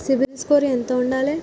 CIBIL score ఎంత ఉండాలే?